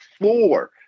four